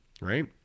right